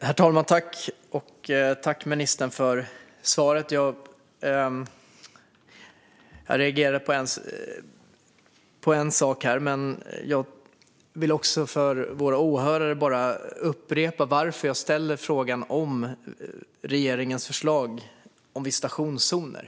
Herr talman! Jag tackar ministern för svaret. Jag reagerade på en sak som togs upp, men jag vill för åhörarnas skull först upprepa skälet till att jag har ställt en fråga om regeringens förslag om visitationszoner.